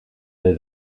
they